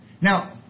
Now